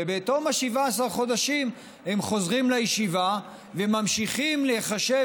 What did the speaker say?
ובתום 17 החודשים הם חוזרים לישיבה וממשיכים להיחשב